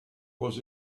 was